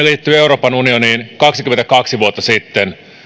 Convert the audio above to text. liittyi euroopan unioniin kaksikymmentäkaksi vuotta sitten